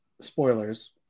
spoilers